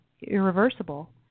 irreversible